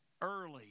early